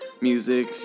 music